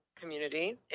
community